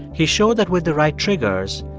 he showed that with the right triggers,